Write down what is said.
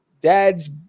Dad's